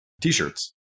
T-shirts